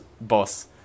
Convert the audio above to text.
Boss